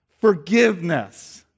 forgiveness